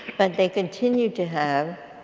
but they continued to have,